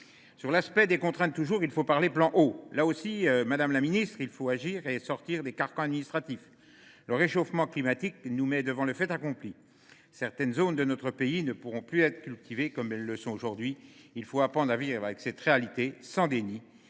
Au chapitre des contraintes, toujours, il convient d’aborder le sujet du plan Eau. Là aussi, madame la ministre, il faut agir et sortir des carcans administratifs ! Le réchauffement climatique nous met devant le fait accompli : certaines zones de notre pays ne pourront plus être cultivées comme elles le sont aujourd’hui. Il faut apprendre à vivre avec cette réalité, sans déni,